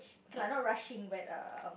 okay lah not rushing but um